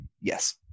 Yes